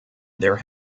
there